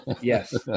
Yes